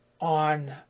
on